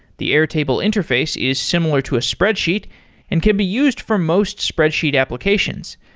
the airtable interface is similar to a spreadsheet and can be used for most spreadsheet applications.